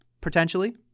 potentially